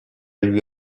lui